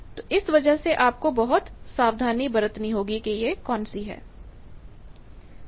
तो इस वजह से आपको बहुत सावधानी बरतनी होगी कि यह कौन सी है